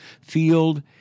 field